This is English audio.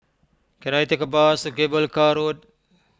can I take a bus to Cable Car Road